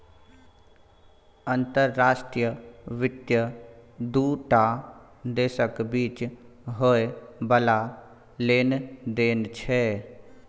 अंतर्राष्ट्रीय वित्त दू टा देशक बीच होइ बला लेन देन छै